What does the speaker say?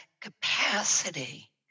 capacity